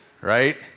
right